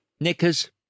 Knickers